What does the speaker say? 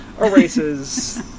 erases